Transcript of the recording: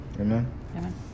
Amen